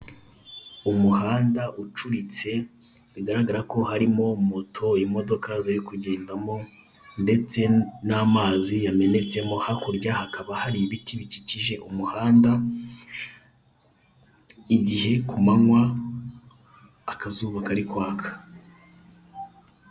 Umuhanda ucuritse bigaragara ko harimo moto, imodoka ziri kugendemo, ndetse n'amazi yamenetsemo hakurya hakaba hari ibiti bikikije umuhanda, igihe ku manywa akazuba kari kwaka.